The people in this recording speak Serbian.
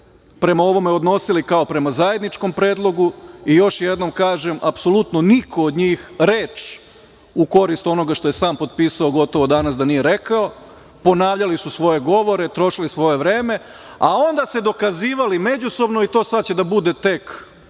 prema ovome odnosili kao prema zajedničkom predlogu i još jednom kažem, apsolutno niko od njih reč u korist onoga što je sam potpisao gotovo danas da nije rekao. Ponavljali su svoje govore, trošili svoje vreme, a onda se dokazivali međusobno, i to će sada da bude tek